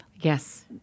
Yes